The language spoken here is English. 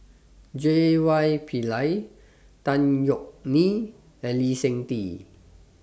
J Y Pillay Tan Yeok Nee and Lee Seng Tee